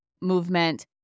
movement